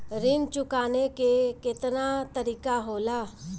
ऋण चुकाने के केतना तरीका होला?